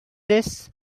this